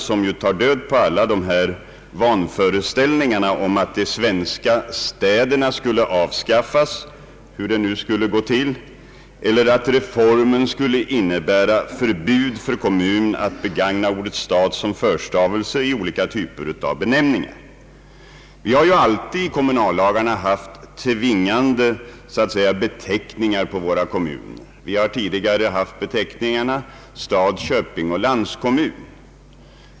Detta tar ju död på alla vanföreställningar om att de svenska städerna skulle avskaffas — hur det nu skulle gå till — eller att reformen skulle innebära förbud för kommun att begagna ordet stad som förstavelse i olika typer av benämningar. Vi har alltid i kommunallagarna haft tvingande regler om kommunbeteckningar. Vi har beteckningarna stad, köping och landskommun.